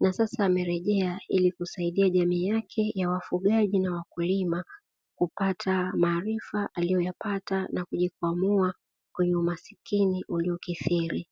na sasa amerejea ili kusaidia jamii yake ya wafugaji na wakulima, kupata maarifa aliyoyapata na kujikwamua kwenye umaskini uliokithiri.